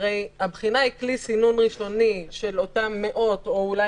הבחינה היא כלי סינון ראשוני של אותם מאות או אולי